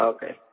Okay